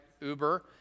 uber